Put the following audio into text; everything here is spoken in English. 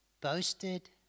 boasted